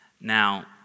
Now